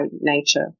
nature